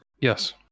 Yes